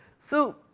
so,